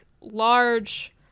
large